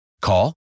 Call